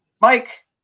Mike